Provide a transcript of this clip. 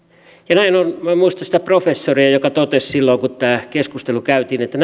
minä en muista sitä professoria joka totesi silloin kun tämä keskustelu käytiin että